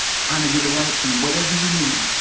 trying to get it right and whatever you need,